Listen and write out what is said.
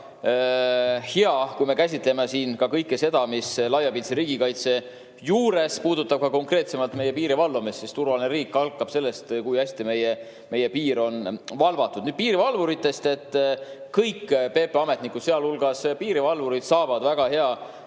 väga hea, kui me käsitleme siin ka kõike seda, mis laiapindse riigikaitse juures puudutab konkreetsemalt meie piiri valvamist, sest turvaline riik algab sellest, kui hästi meie piir on valvatud. Nüüd piirivalvuritest. Kõik PPA ametnikud, sealhulgas piirivalvurid, saavad väga hea